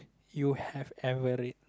you have ever read